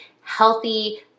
healthy